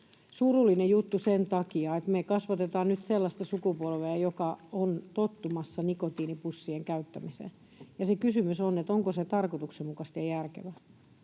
surullinen juttu sen takia, että me kasvatetaan nyt sellaista sukupolvea, joka on tottumassa nikotiinipussien käyttämiseen, ja kysymys on, onko se tarkoituksenmukaista ja järkevää.